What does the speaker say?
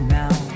now